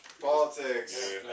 Politics